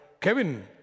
Kevin